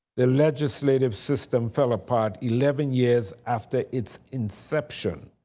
the legislative system fell apart eleven years after its inception.